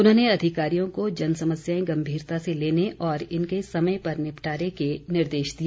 उन्होंने अधिकारियों को जन समस्याएं गम्भीरता से लेने और इनके समय पर निपटारे के निर्देश दिए